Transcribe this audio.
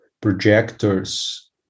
projectors